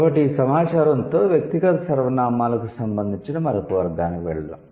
కాబట్టి ఈ సమాచారంతో వ్యక్తిగత సర్వనామాలకు సంబంధించిన మరొక వర్గానికి వెళ్దాం